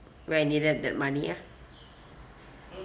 when I needed the money ah